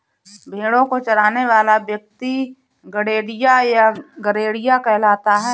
भेंड़ों को चराने वाला व्यक्ति गड़ेड़िया या गरेड़िया कहलाता है